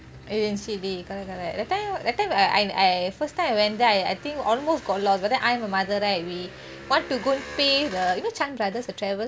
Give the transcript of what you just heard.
eventually correct correct that time that time I first time I went there I think almost got lost but then I and my mother right we want to go pay the you know Chan Brothers the travel